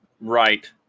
right